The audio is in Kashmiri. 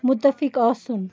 مُتفِق آسُن